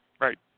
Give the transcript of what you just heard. right